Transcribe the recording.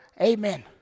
Amen